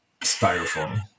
styrofoam